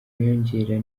wiyongera